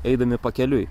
eidami pakeliui